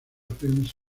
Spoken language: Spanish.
films